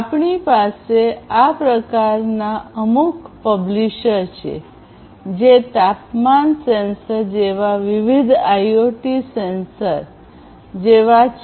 આપણી પાસે આ પ્રકારના અમુક પબ્લીશર છે જે તાપમાન સેન્સર જેવા વિવિધ આઇઓટી સેન્સર જેવા છે